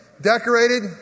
Decorated